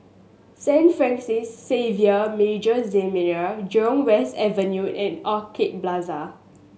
Saint Francis Xavier Major Seminary Jurong West Avenue and Orchid Plaza